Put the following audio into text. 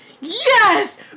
yes